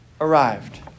arrived